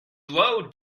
low